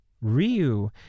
Ryu